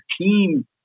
team